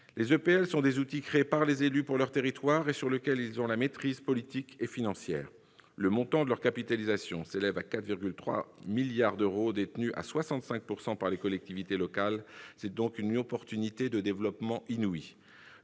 Les EPL sont des outils créés par les élus pour leur territoire, et dont ils ont la maîtrise politique et financière. Le montant de leur capitalisation s'élève à 4,3 milliards d'euros, détenus à 65 % par les collectivités locales ; autrement dit, elles représentent une opportunité de développement inouïe.